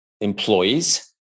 employees